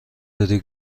داری